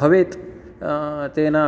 भवेत् तेन